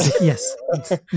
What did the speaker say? Yes